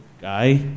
guy